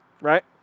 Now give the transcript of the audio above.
Right